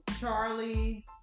Charlie